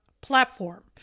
platform